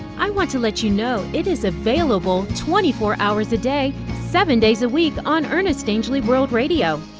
i want to let you know it is available twenty four hours a day, seven days a week on ernest angley world radio.